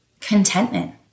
contentment